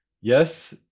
Yes